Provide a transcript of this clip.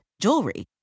jewelry